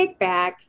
kickback